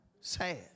Sad